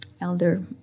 Elder